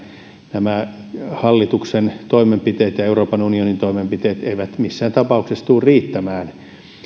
nämä hallituksen toimenpiteet ja euroopan unionin toimenpiteet eivät missään tapauksessa tule riittämään